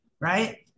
Right